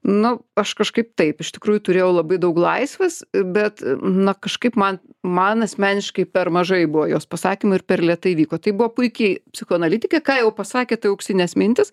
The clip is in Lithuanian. nu aš kažkaip taip iš tikrųjų turėjau labai daug laisvės bet na kažkaip man man asmeniškai per mažai buvo jos pasakymų ir per lėtai vyko tai buvo puiki psichoanalitikė ką jau pasakė tai auksinės mintys